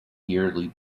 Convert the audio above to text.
yearly